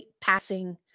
passing